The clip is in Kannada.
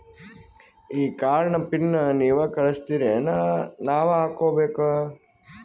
ಈ ಕಾರ್ಡ್ ನ ಪಿನ್ ನೀವ ಕಳಸ್ತಿರೇನ ನಾವಾ ಹಾಕ್ಕೊ ಬೇಕು?